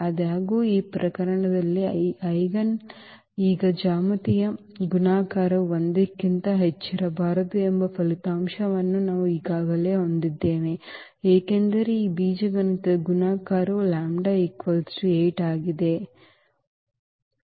ಆದಾಗ್ಯೂ ಈ ಪ್ರಕರಣದಲ್ಲಿ ಈಜೆನ್ ಈಗ ಜ್ಯಾಮಿತೀಯ ಗುಣಾಕಾರವು 1 ಕ್ಕಿಂತ ಹೆಚ್ಚಿರಬಾರದು ಎಂಬ ಫಲಿತಾಂಶವನ್ನು ನಾವು ಈಗಾಗಲೇ ಹೊಂದಿದ್ದೇವೆ ಏಕೆಂದರೆ ಈ ಬೀಜಗಣಿತದ ಗುಣಾಕಾರವು λ 8 ಆಗಿದೆ 1